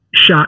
Shot